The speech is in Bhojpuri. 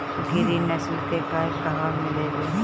गिरी नस्ल के गाय कहवा मिले लि?